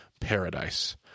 Paradise